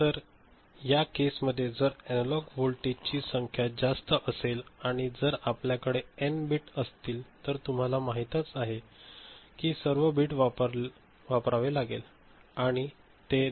तर केस मध्ये जर एनालॉग व्होल्टेज ची संख्या जास्त असेल आणि जर आपल्याकडे एन बिट असतील तरतुम्हाला माहीतच आहे कि सर्व बिट वापरावे लागेल